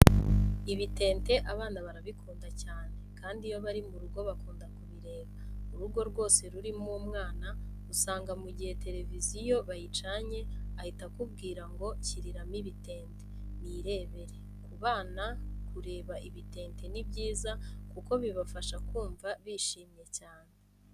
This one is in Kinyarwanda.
Ibitente abana barabikunda cyane kandi iyo bari mu rugo bakunda kubireba. Urugo rwose rurimo umwana usanga mu gihe televiziyo bayicanye ahita akubwira ngo nshyiriramo ibitente nirebere. Ku bana kureba ibitente ni byiza kuko bibafasha kumva bishimye cyane.